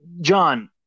John